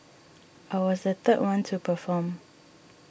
I was the third one to perform